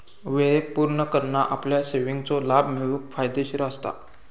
वेळेक पुर्ण करना आपल्या सेविंगवरचो लाभ मिळवूक फायदेशीर असता